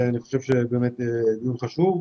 אני חושב שהדיון הוא חשוב.